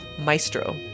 maestro